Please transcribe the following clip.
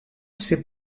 ser